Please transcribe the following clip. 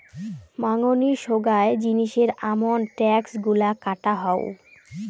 মাঙনি সোগায় জিনিসের আমন ট্যাক্স গুলা কাটা হউ